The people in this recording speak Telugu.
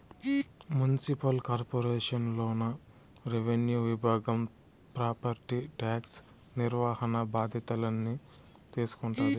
మున్సిపల్ కార్పొరేషన్ లోన రెవెన్యూ విభాగం ప్రాపర్టీ టాక్స్ నిర్వహణ బాధ్యతల్ని తీసుకుంటాది